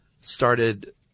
started